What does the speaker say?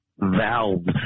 valves